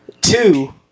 Two